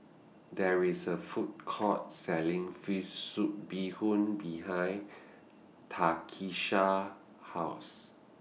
There IS A Food Court Selling Fish Soup Bee Hoon behind Takisha's House